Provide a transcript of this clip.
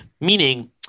meaning